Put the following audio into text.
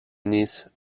nice